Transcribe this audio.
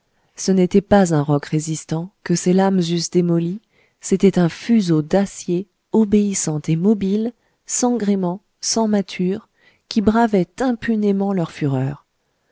ce n'était pas un roc résistant que ces lames eussent démoli c'était un fuseau d'acier obéissant et mobile sans gréement sans mâture qui bravait impunément leur fureur